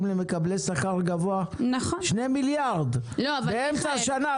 למקבלי שכר גבוה שני מיליארד באמצע השנה,